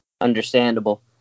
understandable